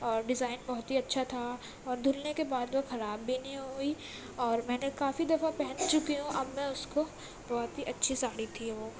اور ڈیزائن بہت ہی اچھا تھا اور دھلنے کے بعد وہ خراب بھی نہیں ہوئی اور میں نے کافی دفعہ پہن چکی ہوں اب میں اس کو بہت ہی اچھی ساڑی تھی وہ